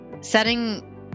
setting